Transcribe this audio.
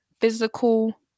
physical